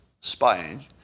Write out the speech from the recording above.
spying